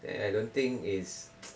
then I don't think is